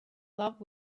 love